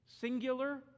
Singular